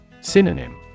Synonym